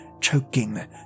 choking